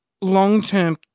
long-term